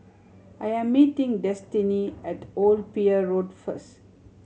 I am meeting Destinee at Old Pier Road first